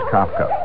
Kafka